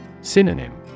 Synonym